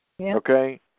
Okay